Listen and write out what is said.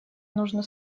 нужно